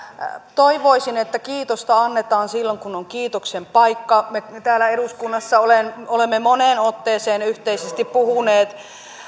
toivoisin että kiitosta annetaan silloin kun on kiitoksen paikka me täällä eduskunnassa olemme moneen otteeseen yhteisesti puhuneet